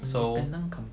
so